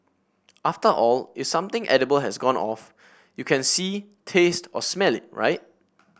after all if something edible has gone off you can see taste or smell it right